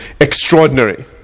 extraordinary